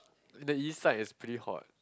the east side is pretty hot